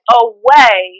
away